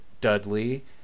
Dudley